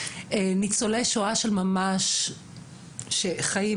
ניצולי שואה של ממש שחיים,